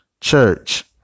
Church